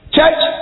Church